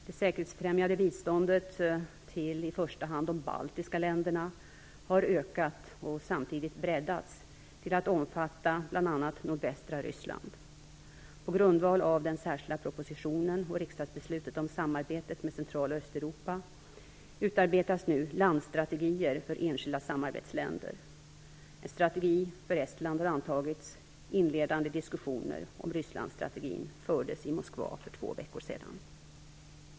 Det säkerhetsfrämjande biståndet till i första hand de baltiska länderna har ökat och samtidigt breddats till att omfatta bl.a. nordvästra Ryssland. På grundval av den särskilda propositionen och riksdagsbeslutet om samarbetet med Central och Östeuropa utarbetas nu landstrategier för enskilda samarbetsländer. En strategi för Estland har antagits. Inledande diskussioner om Rysslandsstrategin fördes i Moskva för två veckor sedan.